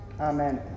Amen